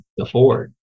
afford